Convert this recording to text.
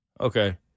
Okay